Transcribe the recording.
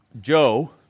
Joe